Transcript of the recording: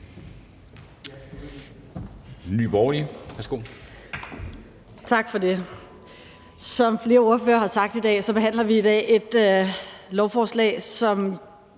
Nye Borgerlige.